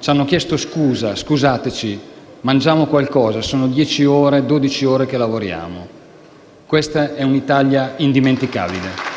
Ci hanno chiesto scusa: scusateci, mangiamo qualcosa, sono 10-12 ore che lavoriamo. Questa è un'Italia indimenticabile.